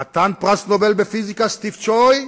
חתן פרס נובל בפיזיקה סטיב צ'ו הוא